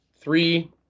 three